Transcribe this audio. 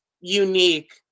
unique